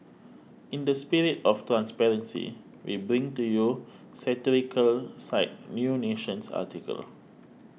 in the spirit of transparency we bring to you satirical site New Nation's article